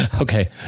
Okay